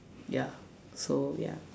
ya so ya